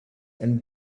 and